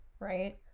Right